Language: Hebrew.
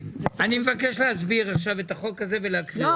אני מבקש להסביר את החוק הזה ולהקריא אותו.